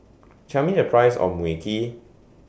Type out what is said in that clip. Tell Me The Price of Mui Kee